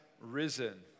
risen